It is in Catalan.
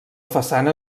façana